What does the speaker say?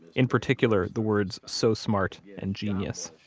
in particular, the words so smart and genius.